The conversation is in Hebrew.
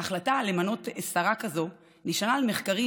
ההחלטה למנות שרה כזאת נשענה על מחקרים